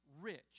rich